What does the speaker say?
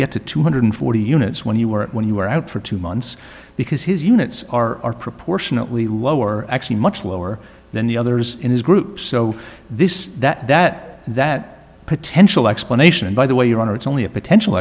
get to two hundred forty units when you were when you were out for two months because his units are proportionately lower actually much lower than the others in his group so this that that that potential explanation and by the way your honor it's only a potential